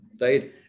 right